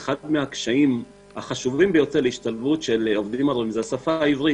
אחד הקשיים החשובים ביותר להשתלבות של עובדים זה השפה העברית.